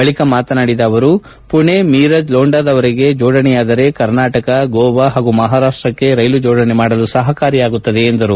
ಬಳಕ ಮಾತನಾಡಿದ ಸುರೇಶ್ ಅಂಗಡಿ ಪುಣೆ ಮೀರಜ್ ಲೋಂಡಾದವರೆಗೆ ಜೋಡಣೆಯಾದರೆ ಕರ್ನಾಟಕ ಗೋವಾ ಪಾಗೂ ಮಹಾರಾಷ್ಟಕ್ಕೆ ರೈಲು ಜೋಡಣೆ ಮಾಡಲು ಸಹಕಾರಿಯಾಗುತ್ತದೆ ಎಂದು ಹೇಳದರು